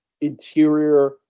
interior